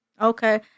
Okay